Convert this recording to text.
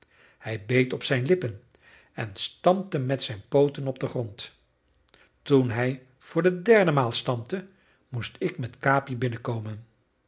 hij beet op zijn lippen en stampte met zijn pooten op den grond toen hij voor de derde maal stampte moest ik met capi